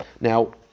Now